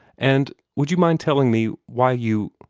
and would you mind telling me why you?